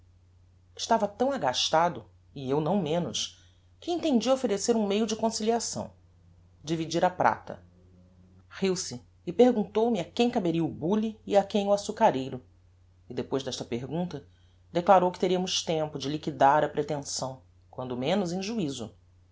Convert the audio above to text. estava tão agastado e eu não menos que entendi offerecer um meio de conciliação dividir a prata riu-se e perguntou-me a quem caberia o bule e a quem o assucareiro e depois desta pergunta declarou que teriamos tempo de liquidar a pretenção quando menos em juizo